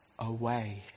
away